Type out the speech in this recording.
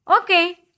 Okay